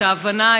להחזיר את ההבנה,